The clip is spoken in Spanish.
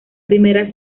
primera